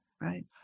Right